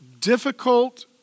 difficult